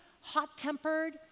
hot-tempered